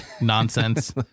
Nonsense